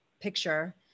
picture